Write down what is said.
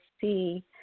see